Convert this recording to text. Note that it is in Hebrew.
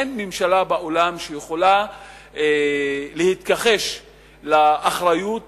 אין ממשלה בעולם שיכולה להתכחש לאחריות